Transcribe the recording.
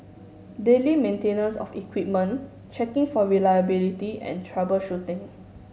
daily maintenance of equipment checking for reliability and troubleshooting